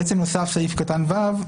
ובעצם נוסף סעיף קטן (ו),